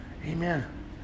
Amen